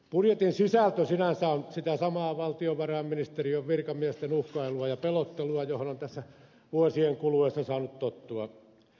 budjetin sisältö sinänsä on sitä samaa valtiovarainministeriön virkamiesten uhkailua ja pelottelua johon on tässä vuosien kuluessa saanut tottua